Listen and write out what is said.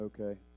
Okay